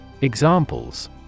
Examples